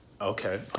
Okay